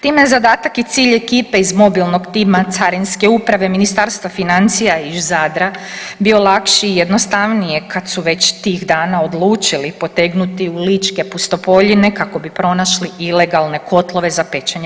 Time je zadatak i cilj ekipe iz mobilnog tima Carinske uprave Ministarstva financija iz Zadra bio lakši i jednostavniji kada su već tih dana odlučili potegnuti u ličke pustopoljine kako bi pronašli ilegalne kotlove za pečenje.